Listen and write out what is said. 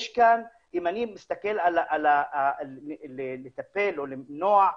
אם אני מסתכל על לטפל או למנוע,